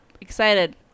excited